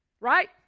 Right